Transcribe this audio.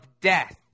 death